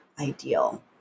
ideal